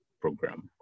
program